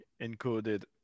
encoded